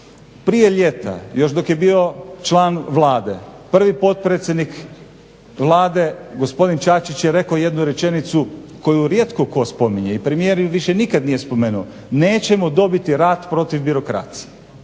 Prije ljeta još dok je bio član vlade prvi potpredsjednik Vlade gospodin Čačić je rekao jednu rečenicu koju rijetko tko spominje i premijer ju više nikad nije spomenuo, nećemo dobiti rat protiv birokracije.